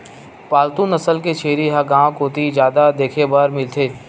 पालतू नसल के छेरी ह गांव कोती जादा देखे बर मिलथे